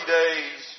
days